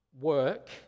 work